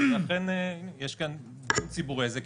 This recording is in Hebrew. ולכן יש דיון ציבורי על זה,